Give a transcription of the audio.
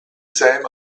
same